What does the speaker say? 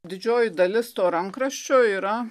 didžioji dalis to rankraščio yra